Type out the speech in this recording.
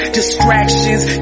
distractions